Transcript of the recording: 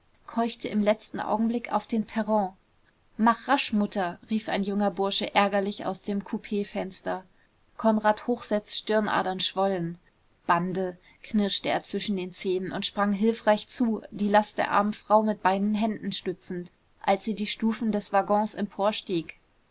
keuchte im letzten augenblick auf den perron mach rasch mutter rief ein junger bursche ärgerlich aus dem coupfenster konrad hochseß stirnadern schwollen bande knirschte er zwischen den zähnen und sprang hilfreich zu die last der armen frau mit beiden händen stützend als sie die stufen des waggons